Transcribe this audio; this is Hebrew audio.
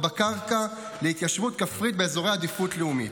בקרקע להתיישבות כפרית באזורי עדיפות לאומית.